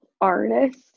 artist